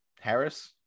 Harris